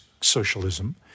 socialism